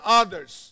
others